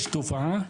יש תופעה,